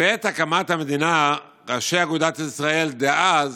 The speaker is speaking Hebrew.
שבעת הקמת המדינה ראשי אגודת ישראל דאז